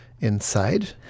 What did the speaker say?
inside